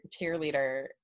cheerleader